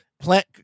plant